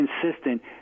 consistent –